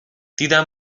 دیدم